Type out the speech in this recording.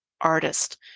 artist